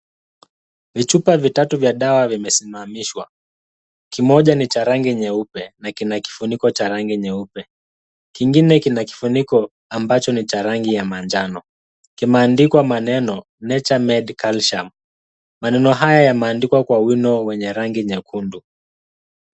Vichupa vitatu vya dawa vimesimamishwa. Kimoja ni cha rangi nyeupe na kina kifuniko cha rangi nyeupe. Kingine kina kifuniko ambacho ni cha rangi ya manjano. Kimeandikwa maneno nature made calcium . Maneno haya yameandikwa kwa wino wenye rangi nyekundu.